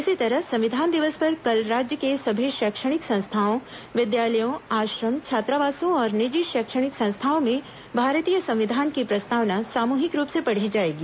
इसी तरह संविधान दिवस पर कल राज्य के सभी शैक्षणिक संस्थाओं विद्यालयों आश्रम छात्रावासों और निजी शैक्षणिक संस्थाओं में भारतीय संविधान की प्रस्तावना सामूहिक रूप से पढ़ी जाएगी